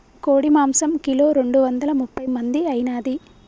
కోడి మాంసం కిలో రెండు వందల ముప్పై మంది ఐనాది